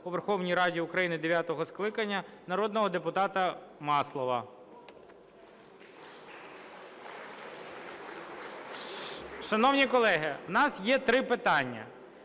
у Верховній Раді України дев'ятого скликання народного депутата Маслова. (Оплески) Шановні колеги, у нас є три питання,